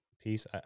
piece